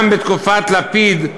גם בתקופת לפיד,